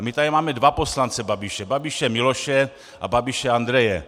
My tady máme dva poslance Babiše Babiše Miloše a Babiše Andreje.